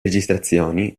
registrazioni